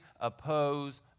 oppose